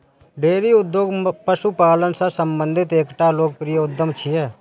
dairy उद्योग पशुपालन सं संबंधित एकटा लोकप्रिय उद्यम छियै